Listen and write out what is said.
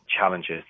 challenges